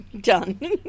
Done